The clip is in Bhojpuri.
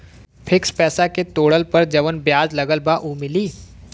फिक्स पैसा के तोड़ला पर जवन ब्याज लगल बा उ मिली?